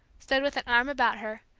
stood with an arm about her,